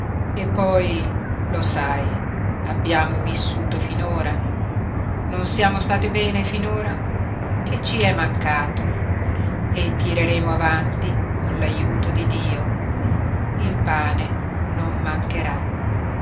e poi lo sai abbiamo vissuto finora non siamo state bene finora che ci è mancato e tireremo avanti con l'aiuto di dio il pane non mancherà